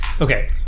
Okay